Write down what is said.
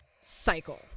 cycle